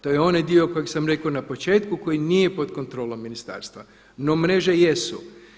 To je onaj dio kojeg sam rekao na početku koji nije pod kontrolom ministarstva, no mreže jesu.